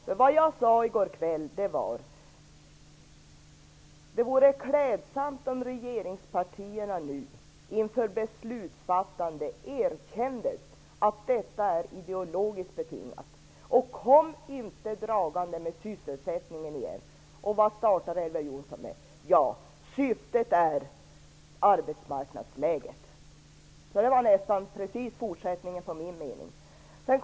Jag sade nämligen i går kväll att det vore klädsamt om regeringspartierna nu inför beslutsfattandet erkände att detta är ideologiskt betingat. Kom inte dragande med sysselsättningen igen! Men vad är det Elver Jonsson inleder med? Jo, han säger att syftet är arbetsmarknadsläget. Det är alltså nästan en direkt fortsättning på min mening.